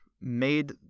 made